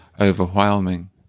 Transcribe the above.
overwhelming